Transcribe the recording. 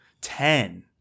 ten